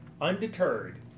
Undeterred